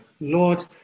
Lord